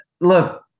look –